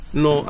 no